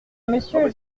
monsieur